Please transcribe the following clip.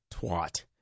twat